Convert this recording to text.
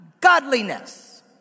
godliness